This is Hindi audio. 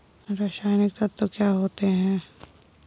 रसायनिक तत्व क्या होते हैं?